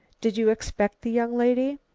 did you expect the young lady?